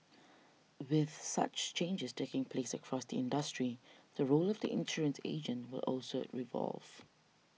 with such changes taking place across the industry the role of the insurance agent will also evolve